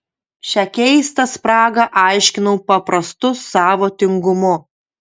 šią keistą spragą aiškinau paprastu savo tingumu